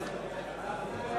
אין